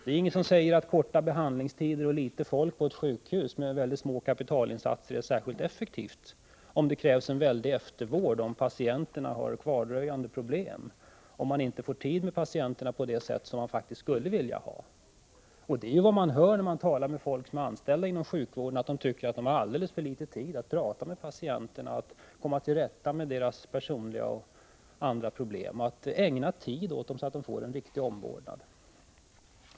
Det är inget som säger att korta behandlingstider och litet folk på ett sjukhus med mycket små kapitalinsatser är särskilt effektivt om det krävs en omfattande eftervård för att patienterna har kvardröjande problem och om man inte får tid med patienterna på ett sådant sätt som man skulle vilja ha. Om man talar med folk som arbetar inom sjukvården anser de att de har alldeles för litet tid att tala med patienterna, för att komma till rätta med deras personliga problem och andra problem och för att ägna tid åt dem så att de får en riktig omvårdnad.